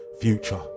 Future